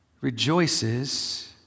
rejoices